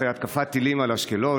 אחרי התקפת טילים על אשקלון,